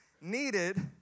needed